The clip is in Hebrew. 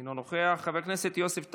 אינו נוכח, חבר הכנסת יוסף טייב,